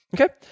Okay